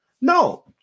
No